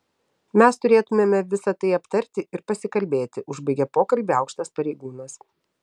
mes turėtumėme visa tai aptarti ir pasikalbėti užbaigė pokalbį aukštas pareigūnas